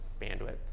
bandwidth